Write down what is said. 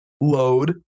Load